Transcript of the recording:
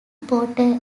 porter